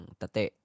tate